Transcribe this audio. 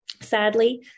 Sadly